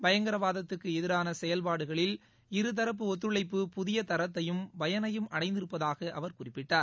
பயங்கரவாதத்துக்குஎதிரானசெயல்பாடுகளில் இருதரப்பு இஒத்துழைப்பு புதியதரத்தையும் பயனையும் அடைந்திருப்பதாகஅவர் குறிப்பிட்டார்